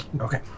Okay